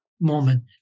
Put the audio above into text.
moment